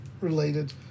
related